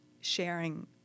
sharing